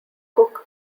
cook